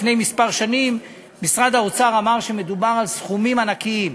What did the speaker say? לפני כמה שנים משרד האוצר אמר שמדובר על סכומים ענקיים.